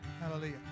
hallelujah